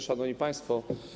Szanowni Państwo!